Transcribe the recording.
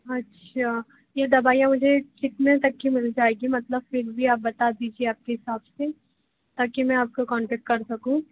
अच्छा यह दवाइयाँ मुझे कितने तक की मिल जाएगी मतलब फ़िर भी आप बता दीजिए आपके हिसाब से ताकि में आपको कन्टेक्ट कर सकूँ